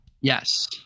Yes